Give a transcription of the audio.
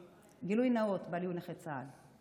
גילוי נאות: בעלי הוא נכה צה"ל.